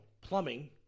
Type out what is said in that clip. plumbing